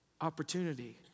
opportunity